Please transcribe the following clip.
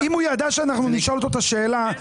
אם הוא ידע שאנחנו נשאל אותו את השאלה,